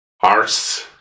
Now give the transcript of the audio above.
Arse